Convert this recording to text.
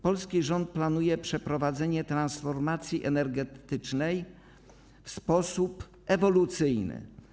Polski rząd planuje przeprowadzenie transformacji energetycznej w sposób ewolucyjny.